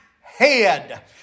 head